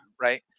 right